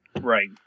Right